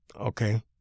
okay